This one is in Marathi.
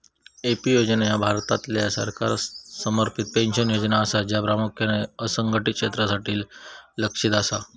ए.पी योजना ह्या भारतातल्या सरकार समर्थित पेन्शन योजना असा, ज्या प्रामुख्यान असंघटित क्षेत्रासाठी लक्ष्यित असा